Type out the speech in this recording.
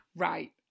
Right